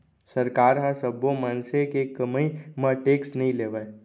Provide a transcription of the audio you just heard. सरकार ह सब्बो मनसे के कमई म टेक्स नइ लेवय